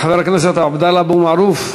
חבר הכנסת עבדאללה אבו מערוף,